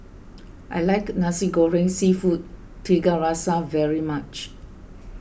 I like Nasi Goreng Seafood Tiga Rasa very much